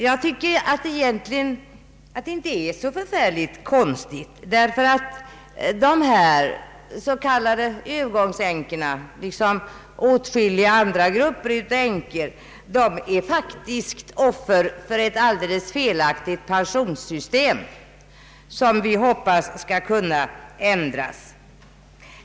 Jag tycker att det egentligen inte är så förfärligt konstigt, därför att dessa änkor liksom åtskilliga andra grupper av änkor är offer för ett alldeles felaktigt pensionssystem, som vi hoppas skall kunna ändras.